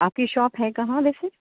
آپ کی شاپ ہے کہاں ویسے